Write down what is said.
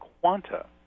quanta